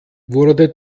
wurde